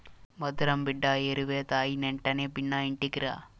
భద్రం బిడ్డా ఏరివేత అయినెంటనే బిన్నా ఇంటికిరా